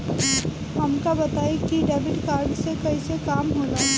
हमका बताई कि डेबिट कार्ड से कईसे काम होला?